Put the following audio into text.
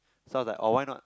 so I was like oh why not